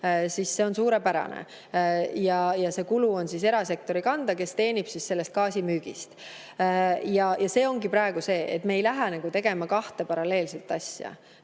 siis see on suurepärane. See kulu on erasektori kanda, kes teenib gaasi müügist. Ja see ongi praegu see, et me ei lähe tegema kahte paralleelset asja,